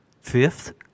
Fifth